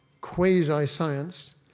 quasi-science